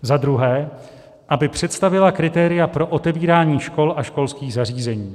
2. aby představila kritéria pro otevírání škol a školských zařízení,